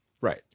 Right